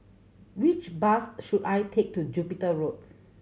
which bus should I take to Jupiter Road